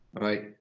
right